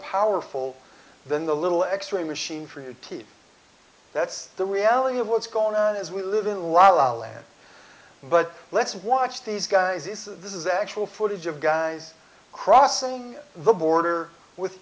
powerful than the little x ray machine for your t v that's the reality of what's going on as we live in la la land but let's watch these guys this is this is actual footage of guys crossing the border with